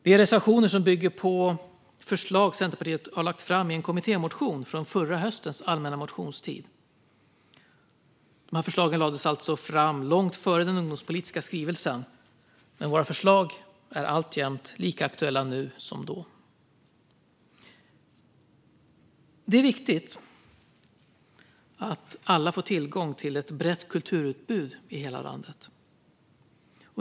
Det är reservationer som bygger på förslag som Centerpartiet lagt fram i en kommittémotion från förra höstens allmänna motionstid. Förslagen lades alltså fram långt före den ungdomspolitiska skrivelsen. Men våra förslag är alltjämt lika aktuella nu som då. Det är viktigt att alla får tillgång till ett brett kulturutbud i hela landet.